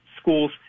schools